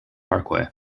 parkway